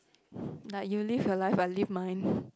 like you live your life I live mine